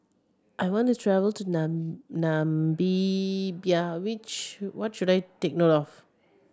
I want to travel to Namibia which what should I take note of